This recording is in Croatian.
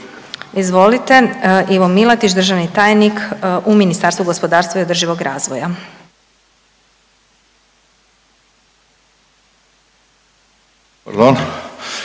Izvolite. Ivo Milatić, državni tajnik u Ministarstvu gospodarstva i održivog razvoja.